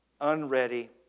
unready